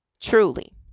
Truly